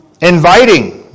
inviting